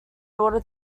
order